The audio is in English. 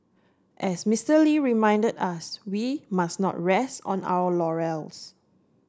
as Mister Lee reminded us we must not rest on our laurels